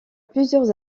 plusieurs